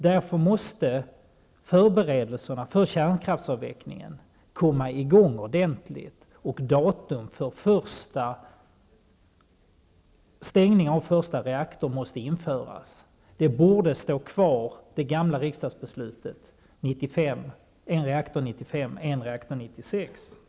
Därför måste förberedelserna för kärnkraftsavvecklingen komma i gång ordentligt, och ett datum för stängning av första reaktor måste införas. Det gamla riksdagsbeslutet -- en reaktor 1995 och en reaktor 1996 -- borde stå kvar.